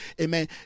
amen